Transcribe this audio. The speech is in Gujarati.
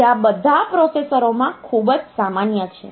જે આ બધા પ્રોસેસરોમાં ખૂબ જ સામાન્ય છે